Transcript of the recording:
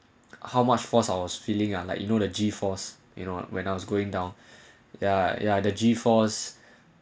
how much force I was feeling or like you know the G force you know when I was going down ya ya the G force